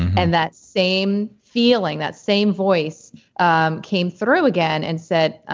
and that same feeling, that same voice um came through again and said, ah